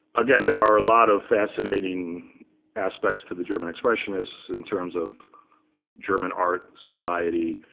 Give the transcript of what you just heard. again, there are a lot of fascinating aspects to the german expressionists, in terms of german art, society.